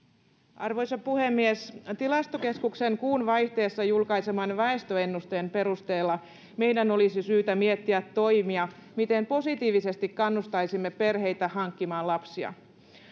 arvoisa puhemies tilastokeskuksen kuun vaihteessa julkaiseman väestöennusteen perusteella meidän olisi syytä miettiä toimia miten positiivisesti kannustaisimme perheitä hankkimaan lapsia